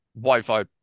wi-fi